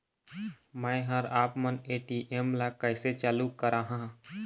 मैं हर आपमन ए.टी.एम ला कैसे चालू कराहां?